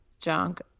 junk